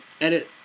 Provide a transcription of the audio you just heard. edit